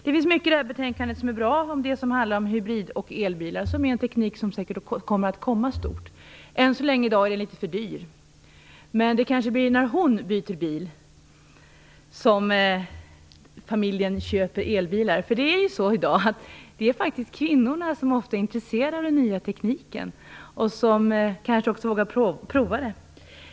Det finns mycket bra i det här betänkandet, som handlar om hybrid och elbilar, som är en teknik som säkert kommer att komma stort. Än så länge är den litet för dyr. Det kanske blir när hon byter bil som familjen köper elbil. Det är faktiskt i dag ofta kvinnorna som är intresserade av den nya tekniken och som kanske också vågar prova den.